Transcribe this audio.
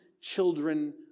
children